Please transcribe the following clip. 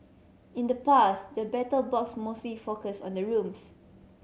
in the past the Battle Box mostly focus on the rooms